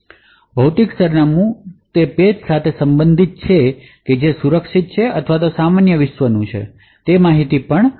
physical સરનામું તે page સાથે સંબંધિત છે કે જે સુરક્ષિત છે અથવા સામાન્ય વિશ્વમાંનું છે તે માહિતી પણ ધરાવે છે